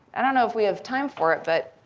i don't know if we have time for it, but